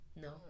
no